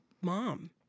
mom